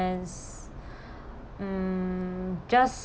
~s mm just